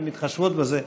הן מתחשבות בזה.